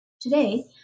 Today